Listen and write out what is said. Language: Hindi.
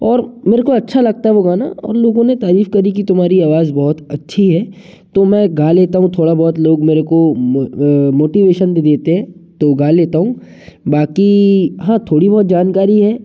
और मेरे को अच्छा लगता है वो गाना और लोगो ने तारीफ़ करी की तुम्हारी आवाज बहुत अच्छी है तो मैं गा लेता हूँ थोड़ा बहुत लोग मेरे को मोटिवेशन भी देते हैं तो गा लेता हूँ बाकि हाँ थोड़ी बहुत जानकारी है